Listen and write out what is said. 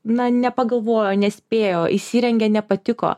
na nepagalvojo nespėjo įsirengė nepatiko